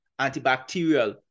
antibacterial